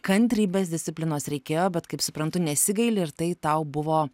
kantrybės disciplinos reikėjo bet kaip suprantu nesigaili ir tai tau buvo